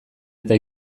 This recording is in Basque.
eta